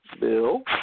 Bill